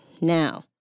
now